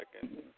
second